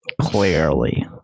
Clearly